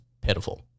pitiful